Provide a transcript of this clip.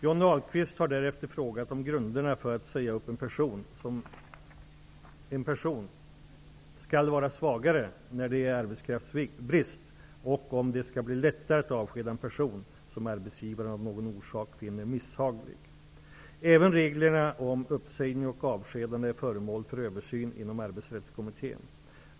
Johnny Ahlqvist har därefter frågat om grunderna för att säga upp en person skall vara svagare när det är arbetsbrist och om det skall bli lättare att avskeda en person som arbetsgivaren av någon orsak finner misshaglig. Även reglerna om uppsägning och avskedande är föremål för översyn inom ramen för Arbetsrättskommittén.